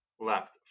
left